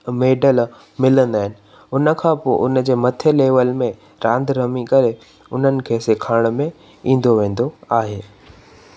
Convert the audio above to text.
medal मिलंदा आहिनि उनखां पोइ उनजे मथे लेविल में रांदि रमी करे उन्हनि खे सेखारण में ईंदो वेंदो आहे